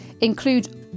include